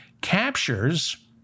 captures